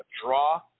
draw